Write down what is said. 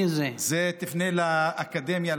בזה תפנה לאקדמיה.